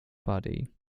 body